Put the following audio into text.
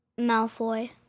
Malfoy